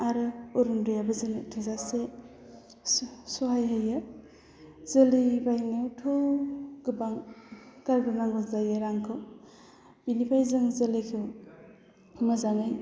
आरो अरुनदयाबो जोंनो थोजासे सहाय होयो जोलै बायनायावथ' गोबां गारबोनांगौ जायो रांखौ बेनिफ्राय जों जोलैखौ मोजाङै